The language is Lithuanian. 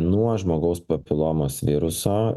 nuo žmogaus papilomos viruso